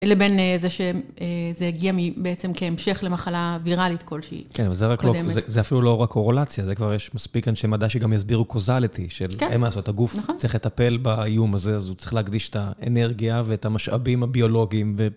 לבין זה שזה הגיע מ, בעצם כהמשך למחלה ויראלית כלשהי. כן, אבל זה אפילו לא רק קורולציה, זה כבר יש מספיק כאן שמדע שגם יסבירו קוזליטי של... כן, נכון. אין מה לעשות, הגוף צריך לטפל באיום הזה, אז הוא צריך להקדיש את האנרגיה ואת המשאבים הביולוגיים.